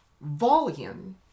volume